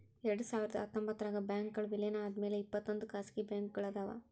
ಎರಡ್ಸಾವಿರದ ಹತ್ತೊಂಬತ್ತರಾಗ ಬ್ಯಾಂಕ್ಗಳ್ ವಿಲೇನ ಆದ್ಮ್ಯಾಲೆ ಇಪ್ಪತ್ತೊಂದ್ ಖಾಸಗಿ ಬ್ಯಾಂಕ್ಗಳ್ ಅದಾವ